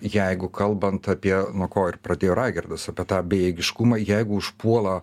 jeigu kalbant apie nuo ko ir pradėjo raigardas apie tą bejėgiškumą jeigu užpuola